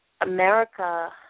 America –